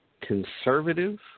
conservative